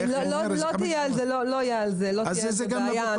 במקרה הזה לא תהיה בעיה.